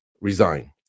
Resign